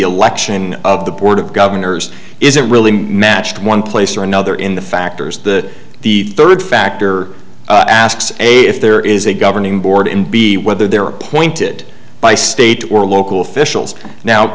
election of the board of governors is it really matched one place or another in the factors that the third factor asks a if there is a governing board and b whether they're appointed by state or local officials now